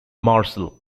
marshal